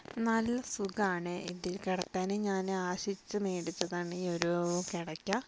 നല്ല സുഖമാണ് ഇതിൽ കിടക്കാൻ ഞാൻ ആശിച്ച് മേടിച്ചതാണ് ഈ ഒരു കിടയ്ക്ക